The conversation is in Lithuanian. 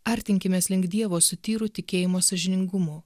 artinkimės link dievo su tyru tikėjimo sąžiningumu